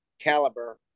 caliber